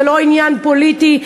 זה לא עניין פוליטי,